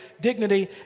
dignity